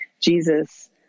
Jesus